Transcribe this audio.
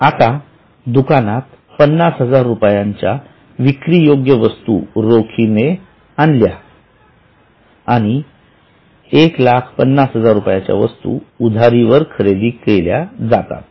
आता दुकानात ५०००० रुपयाच्या विक्रीयोग्य वस्तू रोखीने आणो १५०००० वस्तू उधारीवर खरेदी केल्या जातात